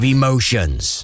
emotions